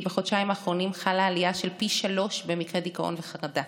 בחודשיים האחרונים חלה עלייה של פי-שלושה במקרה דיכאון וחרדה